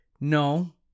No